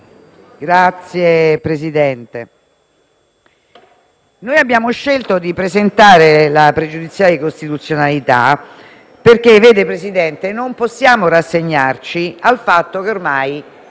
Signor Presidente, abbiamo scelto di presentare la questione pregiudiziale di costituzionalità perché non possiamo rassegnarci al fatto che ormai